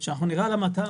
זה שאנחנו נראה על המדף